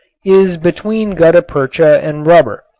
is between gutta percha and rubber,